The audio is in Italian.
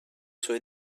suoi